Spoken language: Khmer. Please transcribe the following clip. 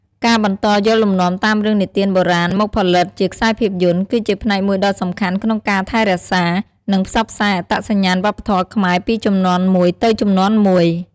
ការបន្តយកលំនាំតាមរឿងនិទានបុរាណមកផលិតជាខ្សែភាពយន្ត គឺជាផ្នែកមួយដ៏សំខាន់ក្នុងការថែរក្សា និងផ្សព្វផ្សាយអត្តសញ្ញាណវប្បធម៌ខ្មែរពីជំនាន់មួយទៅជំនាន់មួយ។